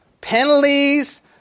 penalties